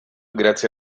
grazie